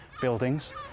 buildings